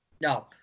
No